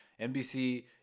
NBC